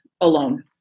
alone